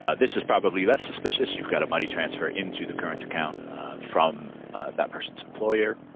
ah this is probably less suspicious, you've got a money transfer into the current account from that person's employer.